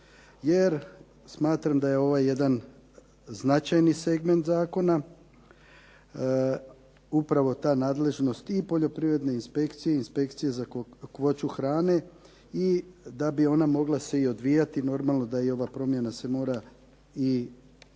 jer smatram da je ovo jedan značajni segment zakona, upravo ta nadležnost i Poljoprivredne inspekcije i Inspekcije za kakvoću hrane i da bi ona mogla se i odvijati normalno, da i ova promjena se mora unijeti